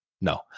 No